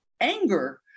anger